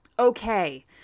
Okay